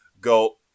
go